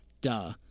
duh